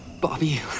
Bobby